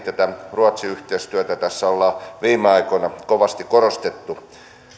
tätä ruotsi yhteistyötä tässä on viime aikoina kovasti korostettu